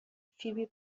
فیبی